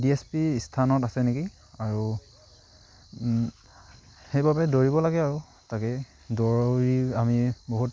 D S P স্থানত আছে নেকি আৰু সেইবাবে দৌৰিব লাগে আৰু তাকে দৌৰাও আমি বহুত